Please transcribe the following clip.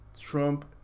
Trump